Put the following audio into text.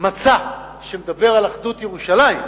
מצע שמדבר על אחדות ירושלים,